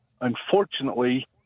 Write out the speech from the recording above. Unfortunately